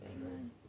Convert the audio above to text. Amen